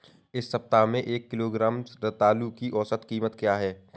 इस सप्ताह में एक किलोग्राम रतालू की औसत कीमत क्या है?